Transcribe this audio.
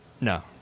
No